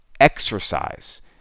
exercise